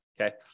okay